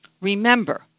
Remember